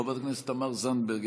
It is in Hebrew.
חברת הכנסת תמר זנדברג,